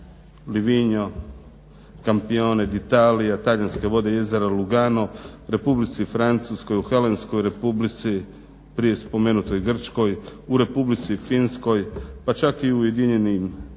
LIvigno, CAmpione d'Italija, talijanske vode jezera Lugano, Republici Francuskoj, u Helenskoj Republici prije spomenutoj Grčkoj, u Republici Finskoj pa čak i u Ujedinjenom Kraljevstvu